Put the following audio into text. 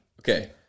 Okay